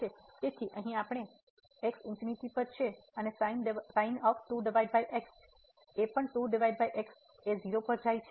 તેથી અહીં આપણી પાસે x ∞ પર છે અને તેથી 0 પર જાય છે